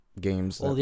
games